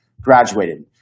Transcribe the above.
graduated